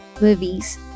movies